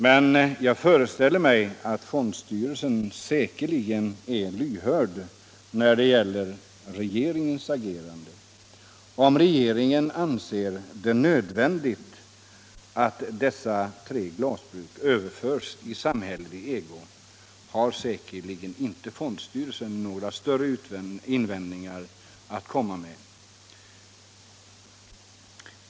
Men jag föreställer mig att fondstyrelsen säkerligen är lyhörd för regeringens agerande. Om regeringen anser det nödvändigt att dessa tre glasbruk överförs i samhällelig ägo, har säkerligen inte fondstyrelsen några större invändningar att komma med.